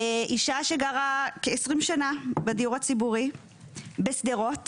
אישה שגרה כ-20 שנה בדיור הציבורי בשדרות